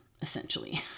essentially